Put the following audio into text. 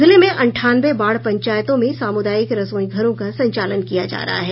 जिले में अंठानवे बाढ़ पंचायतों में सामुदायिक रसोई घरों का संचालन किया जा रहा है